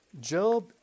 Job